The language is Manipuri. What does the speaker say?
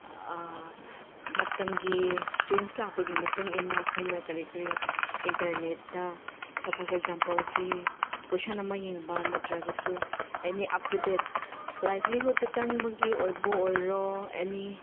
ꯃꯇꯝꯒꯤ ꯆꯦꯟꯖ ꯂꯥꯛꯄꯒꯤ ꯃꯇꯨꯡ ꯏꯟꯅ ꯑꯩꯈꯣꯏꯅ ꯀꯔꯤ ꯀꯔꯤ ꯏꯟꯇꯔꯅꯦꯠꯇ ꯁꯞꯄꯣꯁ ꯑꯦꯛꯖꯥꯝꯄꯜꯒꯤ ꯀꯣꯏꯁꯟ ꯑꯃ ꯌꯦꯡꯕ ꯅꯠꯇ꯭ꯔꯒꯁꯨ ꯑꯦꯅꯤ ꯑꯞ ꯇꯨ ꯗꯦꯠ ꯂꯥꯏꯐꯂꯤꯍꯨꯗꯇ ꯆꯪꯕꯒꯤ ꯑꯣꯏꯕ ꯑꯣꯏꯔꯣ ꯑꯦꯅꯤ